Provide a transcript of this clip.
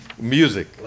Music